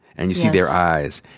and you see their eyes.